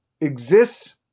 exists